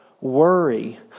worry